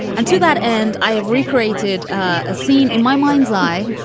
and to that end, i have recreated a scene in my mind's eye.